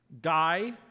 die